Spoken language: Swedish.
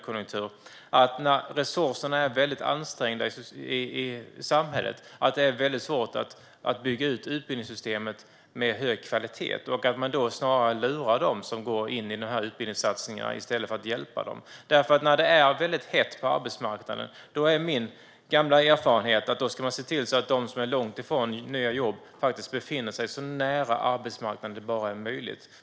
Men kan det vara så att när resurserna är väldigt ansträngda i samhället så är det svårt att bygga ut utbildningssystemet med hög kvalitet? Lurar man dem som går in i utbildningssatsningar i stället för att hjälpa dem? Enligt min gamla erfarenhet ska man när det är väldigt hett på arbetsmarknaden se till att de som är långt ifrån nya jobb befinner sig så nära arbetsmarknaden som möjligt.